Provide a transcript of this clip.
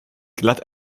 glatt